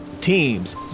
teams